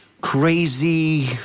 crazy